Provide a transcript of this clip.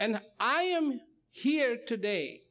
and i am here today